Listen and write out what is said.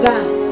God